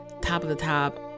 top-of-the-top